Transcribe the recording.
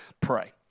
pray